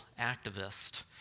activist